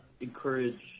encourage